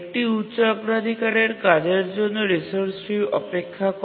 একটি উচ্চ অগ্রাধিকারের কাজের জন্য রিসোর্সটি অপেক্ষা করে